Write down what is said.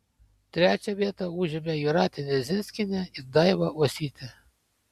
trečią vietą užėmė jūratė nedzinskienė ir daiva uosytė